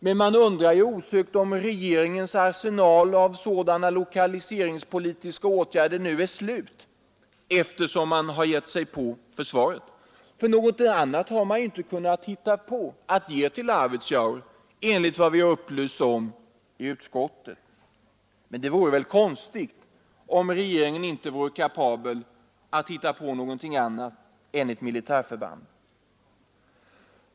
Men man undrar osökt om regeringens arsenal av sådana lokaliseringspolitiska åtgärder nu är slut, eftersom man har gett sig på försvaret — för någonting annat har man inte kunnat hitta på att ge till Arvidsjaur, enligt vad vi har upplysts om i utskottet. Men det vore väl konstigt om regeringen inte vore kapabel att hitta på något annat än ett militärförband.